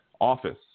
office